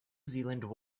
zealand